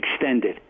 extended